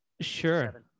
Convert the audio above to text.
Sure